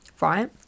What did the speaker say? right